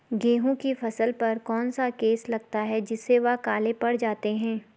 गेहूँ की फसल पर कौन सा केस लगता है जिससे वह काले पड़ जाते हैं?